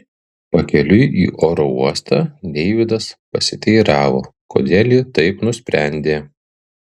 pakeliui į oro uostą deividas pasiteiravo kodėl ji taip nusprendė